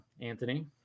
anthony